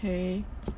okay